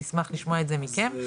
נשמח לשמוע את זה מכם.